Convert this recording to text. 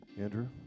Andrew